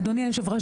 אדוני היושב-ראש,